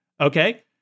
okay